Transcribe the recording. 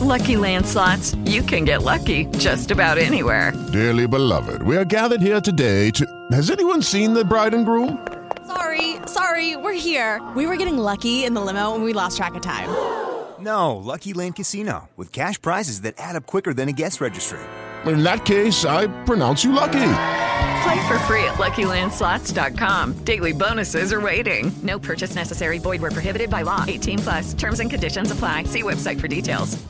Lucky Land Slots, you can get lucky just about anywhere. Dearly beloved, we are gathered here today to- Has anyone seen the bride and groom? Sorry, sorry, we're here. We were getting lucky in the limo and we lost track of time. No, Lucky Land Casino, with cash prizes that add up quicker than a guest registry. In that case, I pronounce you lucky. Play for free at LuckyLandSlots.com. Daily bonuses are waiting. No purchase necessary. Void where prohibited by law. 18+. Terms and conditions apply. See website for details.